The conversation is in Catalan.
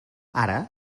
ara